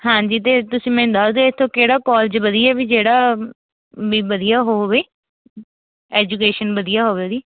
ਹਾਂਜੀ ਅਤੇ ਤੁਸੀਂ ਮੈਨੂੰ ਦੱਸ ਦਿਓ ਇੱਥੇ ਕਿਹੜਾ ਕੋਲਜ ਵਧੀਆ ਵੀ ਜਿਹੜਾ ਵੀ ਵਧੀਆ ਹੋਵੇ ਐਜੂਕੇਸ਼ਨ ਵਧੀਆ ਹੋਵੇ ਉਹਦੀ